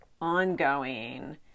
ongoing